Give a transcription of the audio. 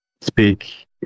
speak